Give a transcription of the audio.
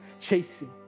chasing